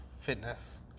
fitness